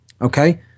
okay